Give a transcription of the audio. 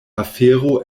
afero